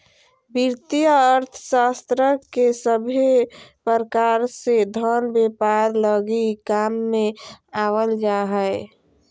वित्तीय अर्थशास्त्र के सभे प्रकार से धन व्यापार लगी काम मे लावल जा हय